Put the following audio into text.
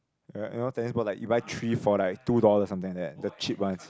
correct you know tennis ball like you buy three for like two dollars something like that the cheap ones